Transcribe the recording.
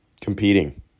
competing